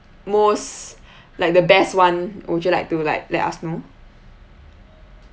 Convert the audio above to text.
most like the best one would you like to like let us know